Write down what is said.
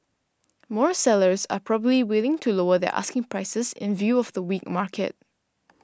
more sellers are probably willing to lower their asking prices in view of the weak market